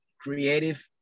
creative